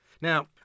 Now